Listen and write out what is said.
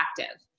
active